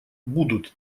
будут